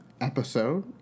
episode